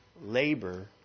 labor